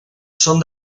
són